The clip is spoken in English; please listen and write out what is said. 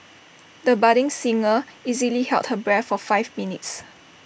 the budding singer easily held her breath for five minutes